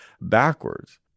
backwards